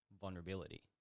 vulnerability